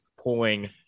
pulling